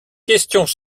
questions